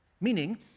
meaning